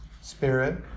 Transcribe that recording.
spirit